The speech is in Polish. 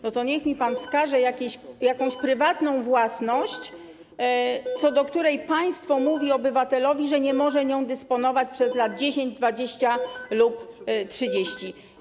No to niech mi pan wskaże jakąś prywatną własność, co do której państwo mówi obywatelowi, że nie może nią dysponować przez lat 10, 20 lub 30.